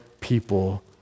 people